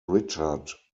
richard